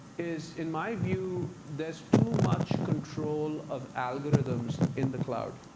is in my view there's too much control of algorithms in the cloud.